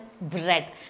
bread